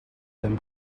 them